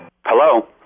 Hello